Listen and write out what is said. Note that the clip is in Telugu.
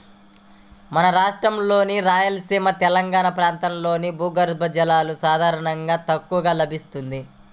మన రాష్ట్రంలోని రాయలసీమ, తెలంగాణా ప్రాంతాల్లో భూగర్భ జలం సాధారణంగా తక్కువగా లభిస్తుంది